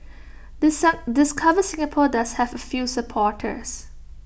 discover Singapore does have A few supporters